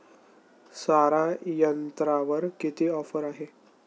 सारा यंत्रावर किती ऑफर आहे?